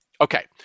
Okay